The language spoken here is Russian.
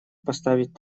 поставить